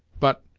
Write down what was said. but,